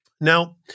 Now